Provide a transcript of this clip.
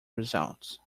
results